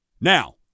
Now